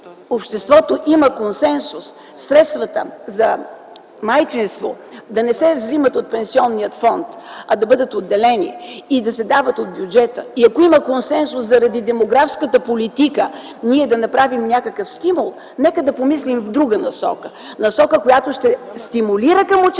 обществото има консенсус средствата за майчинство да не се взимат от пенсионния фонд, а да бъдат отделени и да се дават от бюджета и ако има консенсус заради демографската политика ние да направим някакъв стимул, нека да помислим в друга насока, която ще стимулира към участие